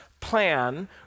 plan